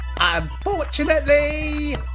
Unfortunately